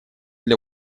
для